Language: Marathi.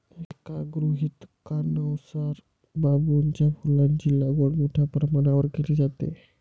एका गृहीतकानुसार बांबूच्या फुलांची लागवड मोठ्या प्रमाणावर केली जाते